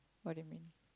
what do you mean